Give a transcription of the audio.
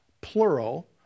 plural